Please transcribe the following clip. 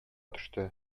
төште